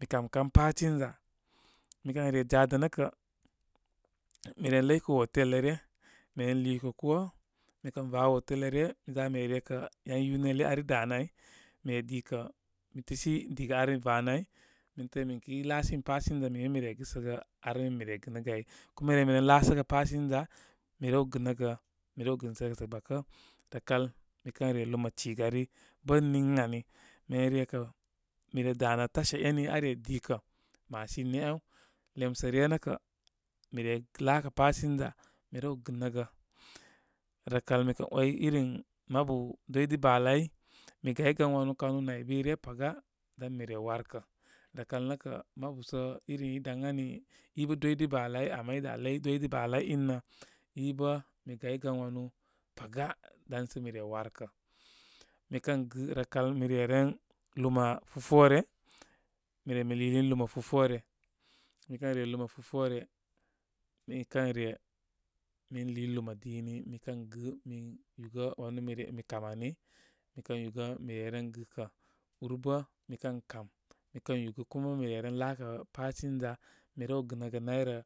mi kamkan passenger. Mi kən re jada nə kə, miren ləjkə hotel lə ryə. Miren liikə koo. Mi kən va hotel lə ryə, miza mi rerekə ‘yan unioni ar i danə áy mi didə mi təəsi diga ar mi vanə áy. Mi dəə min kəy laasimi passenger mi bə mina gɨsəgə ar min mi re gɨnəgə áy. Kuma i re mi ren laasəgə passenger mirew gɨnəgə mi rew gɨnsəgə sə gbakə. Rəkal mi kəare kama cigari bə ənniŋ ami. Mi ren rekə mire dá nə tasha eni are likə machineni áw. Lemsə ryə nə kə mi re laakə passenger mirew gɨnəgə. Rəkal mikə ‘way irin mabu devidə bálay, migaygan wanu kanu naybay ryə paga dan mi re warkə. Rəkal nə kə mabu sə iri idaŋ ani, i. bə dwidəbalay ama i dá ləy dwidə balay inə i bə mi gaygan wanu paga dam sə mi re warkə. Mikəngi, rəkal mi reren luma futone. Mi re mi liilin luma futone mikən re luma fufore, mi kə re, min lii luma dini mikən gɨ, min yugə wanu mi re mi kam ami. Mikən yugə mire ren gɨkə. Úrbə mikən kám mi kən yugə kuma mireren laakə passenger mi rew gɨnəgə nayrə.